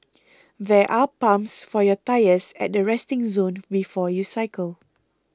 there are pumps for your tyres at the resting zone before you cycle